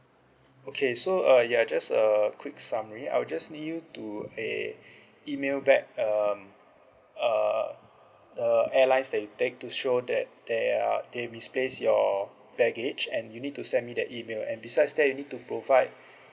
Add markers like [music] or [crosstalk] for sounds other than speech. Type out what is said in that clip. okay so uh ya just a quick summary I will just need you to a [breath] email back um uh the airlines that you take to show that there are they misplaced your baggage and you need to send me the email and besides that you need to provide